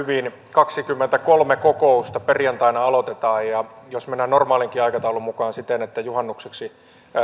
kaksikymmentäkolme kokousta perjantaina aloitetaan jos mennään normaalinkin aikataulun mukaan siten että juhannukseksi